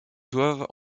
doivent